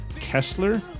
Kessler